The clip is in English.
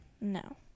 no